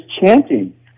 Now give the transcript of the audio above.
chanting